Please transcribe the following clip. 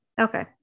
okay